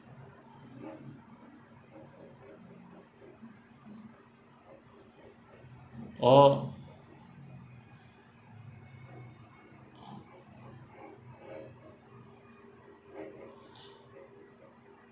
orh